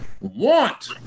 want